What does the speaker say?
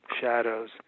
shadows